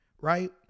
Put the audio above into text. right